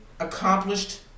accomplished